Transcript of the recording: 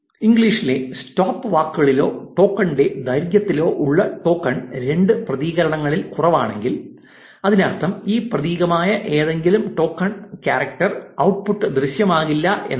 ഇംഗ്ലീഷിലെ സ്റ്റോപ്പ് വാക്കുകളിലോ ടോക്കണിന്റെ ദൈർഘ്യത്തിലോ ഉള്ള ടോക്കൺ രണ്ട് പ്രതീകങ്ങളിൽ കുറവാണെങ്കിൽ അതിനർത്ഥം ഒരു പ്രതീകമായ ഏതെങ്കിലും ടോക്കൺ ക്യാരക്ടറ്റർ ഔട്ട്പുട്ട് ദൃശ്യമാകില്ല എന്നാണ്